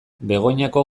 begoñako